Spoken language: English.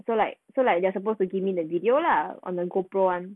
so like so like they're supposed to give me the video lah on the Gopro [one]